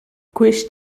quist